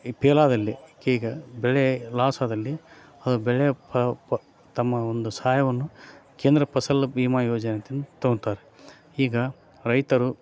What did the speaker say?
ಈ ಫೇಲಾದಲ್ಲಿ ಈಗ ಬೆಳೆ ಲಾಸಾದಲ್ಲಿ ಆ ಬೆಳೆ ಪ ಪ ತಮ್ಮ ಒಂದು ಸಹಾಯವನ್ನು ಕೇಂದ್ರ ಫಸಲ್ ಭೀಮಾ ಯೋಜನೆ ಅಂತಂದು ತಗೊತಾರೆ ಈಗ ರೈತರು